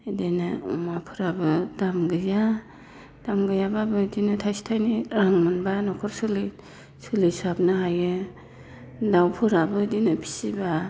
बिदिनो अमाफोराबो दाम गैया दाम गैयाबाबो बिदिनो थाइसे थाइनै रां मोनबा न'खर सोलिसाबनो हायो दाउफोराबो बिदिनो फिसिबा